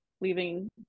leaving